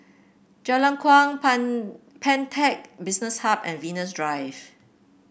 Jalan Kuang Pan Pantech Business Hub and Venus Drive